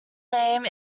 name